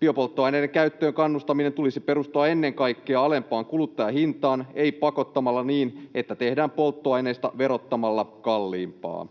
Biopolttoaineiden käyttöön kannustamisen tulisi perustua ennen kaikkea alempaan kuluttajahintaan, ei pakottamalla niin, että tehdään polttoaineista verottamalla kalliimpaa.